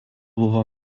buvo